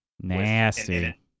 Nasty